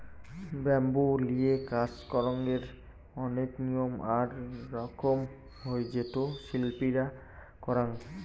bamboo লিয়ে কাজ করঙ্গের অনেক নিয়ম আর রকম হই যেটো শিল্পীরা করাং